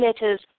letters